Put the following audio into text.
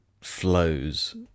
flows